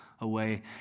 Away